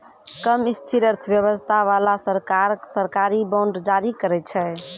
कम स्थिर अर्थव्यवस्था बाला सरकार, सरकारी बांड जारी करै छै